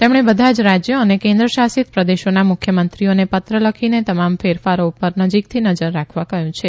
તેમણે બધા જ રાજ્યો અને કેન્દ્રશાશિત પ્રદેશોના મુખ્યમંત્રીઓને ત્ર લખીને તમામ ફેરફારો ઉપ ર નજીકથી નજર રાખવા કહ્યું છે